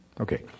Okay